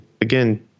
again